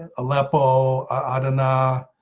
ah aleppo otter na